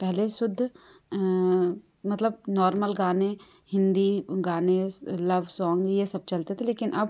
पहले शुद्ध मतलब नॉर्मल गाने हिंदी गाने लव सोंग ये सब चलते थे लेकिन अब